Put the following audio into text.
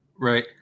right